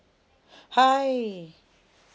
hi